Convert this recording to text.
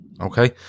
Okay